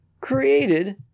created